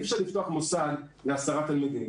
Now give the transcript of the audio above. אי אפשר לפתוח מוסד ל-10 תלמידים.